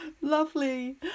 Lovely